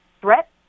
threat